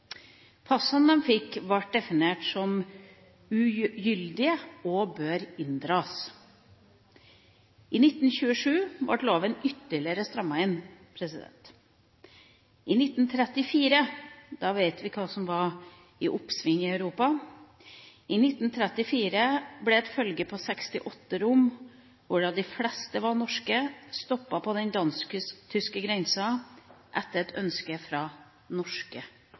og bør inndras». I 1927 ble loven ytterligere strammet inn. I 1934 vet vi hva som var under oppseiling i Europa. I 1934 ble et følge på 68 romer, hvorav de fleste var norske, stoppet på den dansk-tyske grensa etter ønske fra norske